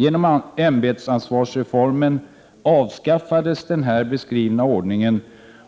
Genom ämbetsansvarsreformen avskaffades den här beskrivna ordningen